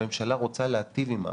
הממשלה רוצה להיטיב עם העם,